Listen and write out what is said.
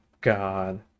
God